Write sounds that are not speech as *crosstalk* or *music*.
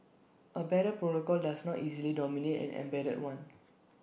A better *unintelligible* does not easily dominate an embedded one